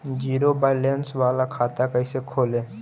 Zero balance बाला खाता कैसे खोले?